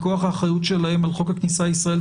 מכוח האחריות שלהם על חוק הכניסה לישראל,